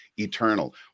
Eternal